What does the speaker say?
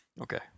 Okay